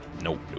Nope